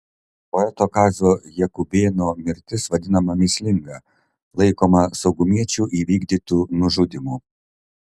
poeto kazio jakubėno mirtis vadinama mįslinga laikoma saugumiečių įvykdytu nužudymu